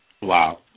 Wow